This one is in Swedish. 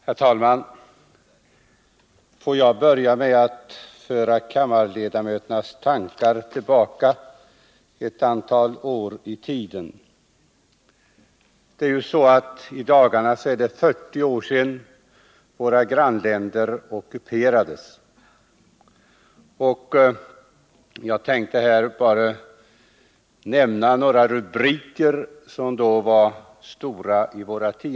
Herr talman! Låt mig börja med att föra kammarledamöternas tankar tillbaka ett antal år. Det är i dagarna 40 år sedan våra grannländer ockuperades. De svenska tidningarna hade de dagarna stora rubriker.